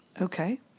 Okay